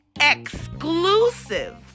exclusive